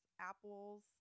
apples